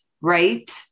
right